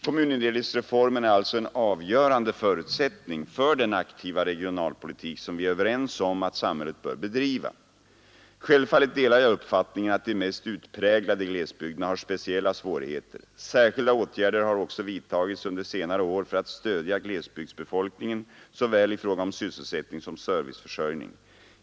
Kommunindelningsreformen är alltså en avgörande förutsättning för den aktiva regionalpolitiken, som vi är överens om att samhället bör Självfallet delar jag uppfattningen att de mest utpräglade glesbygderna har speciella svårigheter. Särskilda åtgärder har också vidtagits under senare år för att stödja glesbygdsbefolkningen i fråga om såväl sysselsättning som serviceförsörjning.